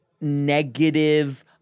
negative